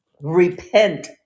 repent